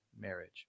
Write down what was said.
marriage